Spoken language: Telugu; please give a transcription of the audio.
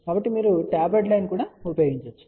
కాబట్టి మీరు టాపర్డ్ లైన్ని ఉపయోగించవచ్చు